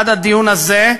עד הדיון הזה,